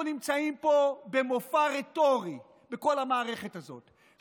אנחנו נמצאים פה במופע רטורי בכל המערכת הזאת,